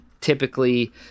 typically